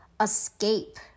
escape